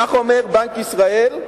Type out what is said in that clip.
כך אומר בנק ישראל,